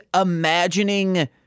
imagining